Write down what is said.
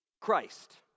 Christ